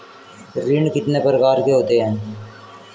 ऋण कितने प्रकार के होते हैं?